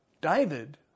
David